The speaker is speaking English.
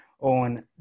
on